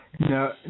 No